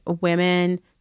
women